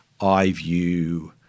iview